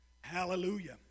Hallelujah